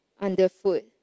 underfoot